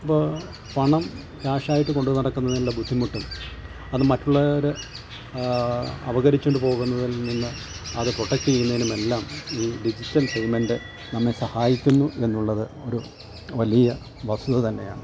ഇപ്പോൾ പണം ക്യാഷായിട്ട് കൊണ്ട് നടക്കുന്നതിനുള്ള ബുദ്ധിമുട്ടും അത് മറ്റുള്ളവർ അപഹരിച്ചോണ്ട് പോകുന്നതിൽ നിന്ന് അത് പ്രൊട്ടക്റ്റ് ചെയ്യുന്നതിനും എല്ലാം ഈ ഡിജിറ്റൽ പേയ്മെൻറ്റ് നമ്മെ സഹായിക്കിന്നു എന്നുള്ളത് ഒരു വലിയ വസ്തുത തന്നെയാണ്